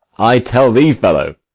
i tell thee, fellow,